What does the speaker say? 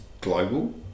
global